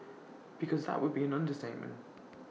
because that would be an understatement